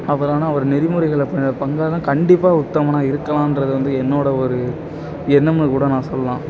அப்புறம் ஆனால் ஒரு நெறிமுறைகளை ப பங்காளனாக கண்டிப்பாக உத்தமனாக இருக்கலான்றதை வந்து என்னோட ஒரு எண்ணம்னு கூட நான் சொல்லலாம்